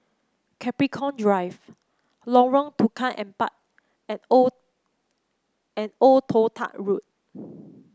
Capricorn Drive Lorong Tukang Empat and Old and Old Toh Tuck Road